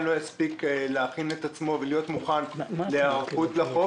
לא יספיק להכין את עצמו ולהיות מוכן להיערכות לחוק.